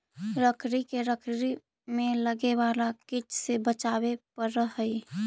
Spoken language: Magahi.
लकड़ी के लकड़ी में लगे वाला कीट से बचावे पड़ऽ हइ